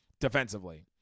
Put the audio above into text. defensively